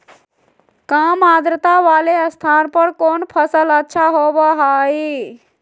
काम आद्रता वाले स्थान पर कौन फसल अच्छा होबो हाई?